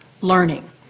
learning